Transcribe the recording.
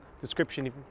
description